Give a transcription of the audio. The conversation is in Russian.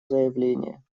заявление